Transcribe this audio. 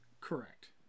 Correct